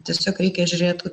tiesiog reikia žiūrėt